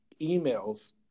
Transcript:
emails